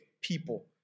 people